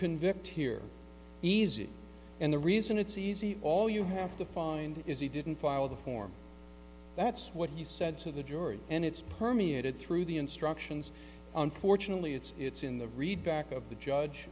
convict here easy and the reason it's easy all you have to find is he didn't file the form that's what he said to the jury and it's permeated through the instructions unfortunately it's it's in the read back of the judge